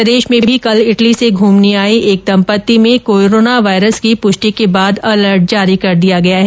प्रदेश में भी कल इटली से घूमने आये एक दम्पत्ति में कोरोना वायरस की पुष्टि के बाद अलर्ट जारी कर दिया गया है